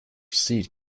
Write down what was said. seed